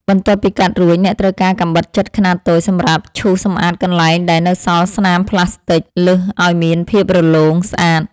បន្ទាប់ពីកាត់រួចអ្នកត្រូវការកាំបិតចិតខ្នាតតូចសម្រាប់ឈូសសម្អាតកន្លែងដែលនៅសល់ស្នាមផ្លាស្ទិចលើសឱ្យមានភាពរលោងស្អាត។